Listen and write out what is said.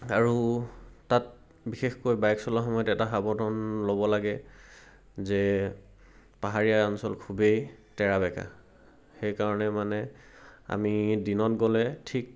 আৰু তাত বিশেষকৈ বাইক চলোৱাৰ সময়ত এটা সাৱধান ল'ব লাগে যে পাহাৰীয়া অঞ্চল খুবেই তেৰা বেকা সেইকাৰণে মানে আমি দিনত গ'লে ঠিক